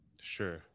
Sure